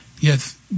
Yes